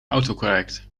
autocorrect